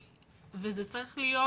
זה צריך להיות